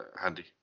handy